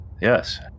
Yes